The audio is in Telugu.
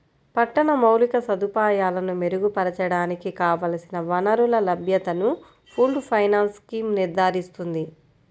పట్టణ మౌలిక సదుపాయాలను మెరుగుపరచడానికి కావలసిన వనరుల లభ్యతను పూల్డ్ ఫైనాన్స్ స్కీమ్ నిర్ధారిస్తుంది